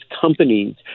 companies